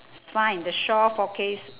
sign the shore forecast